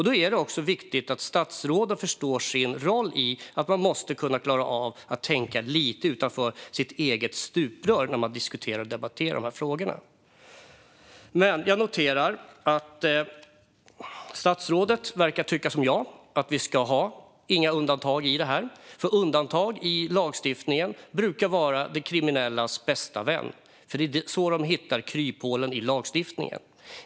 Det är också viktigt att statsråden förstår sin roll och att de klarar av att tänka lite utanför sitt eget stuprör när de diskuterar och debatterar dessa frågor. Jag noterar att statsrådet verkar tycka som jag, det vill säga att vi inte ska ha några undantag i detta. Undantag i lagstiftningen brukar nämligen vara den kriminellas bästa vän, för det är så de hittar kryphålen i lagstiftningen.